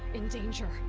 in danger!